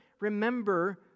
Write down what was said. remember